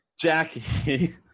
Jackie